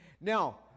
Now